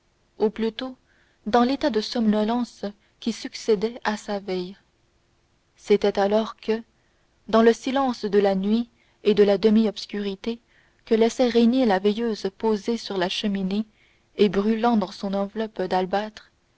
ou plutôt dans l'état de somnolence qui succédait à sa veille c'était alors que dans le silence de la nuit et de la demi-obscurité que laissait régner la veilleuse posée sur la cheminée et brûlant dans son enveloppe d'albâtre